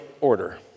order